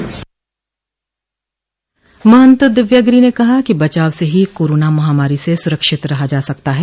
महंत दिव्यागिरि ने कहा कि बचाव से ही कोरोना महामारी से सुरक्षित रहा जा सकता है